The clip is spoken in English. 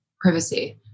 privacy